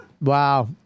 Wow